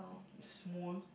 small